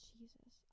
Jesus